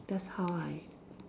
that's how I